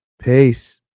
Peace